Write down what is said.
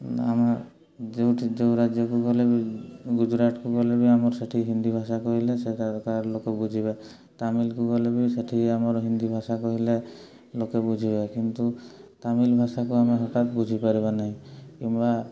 ଆମେ ଯେଉଁଠି ଯେଉଁ ରାଜ୍ୟକୁ ଗଲେ ବି ଗୁଜୁରାଟକୁ ଗଲେ ବି ଆମର ସେଇଠି ହିନ୍ଦୀ ଭାଷା କହିଲେ ସେ ତା'ର ତା'ର ଲୋକେ ବୁଝିବେ ତାମିଲକୁ ଗଲେ ବି ସେଇଠି ଆମର ହିନ୍ଦୀ ଭାଷା କହିଲେ ଲୋକେ ବୁଝିବେ କିନ୍ତୁ ତାମିଲ ଭାଷାକୁ ଆମେ ହଠାତ୍ ବୁଝିପାରିବା ନାହିଁ କିମ୍ବା